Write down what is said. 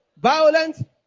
violent